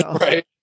Right